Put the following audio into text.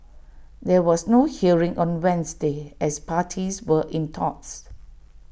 there was no hearing on Wednesday as parties were in talks